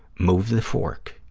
move the fork.